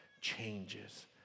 changes